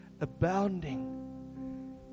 abounding